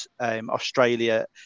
Australia